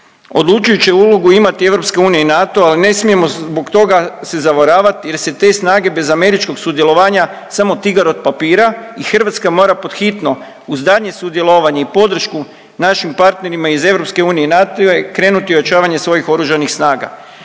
odlučujuću ulogu će imati EU i NATO ali ne smijemo zbog toga se zavaravati jer se te snage bez američkog sudjelovanja samo tigar od papira i Hrvatska mora pod hitno uz daljnje sudjelovanje i podršku našim partnerima iz EU i NATO-a i krenuti u ojačavanje svojih oružanih snaga.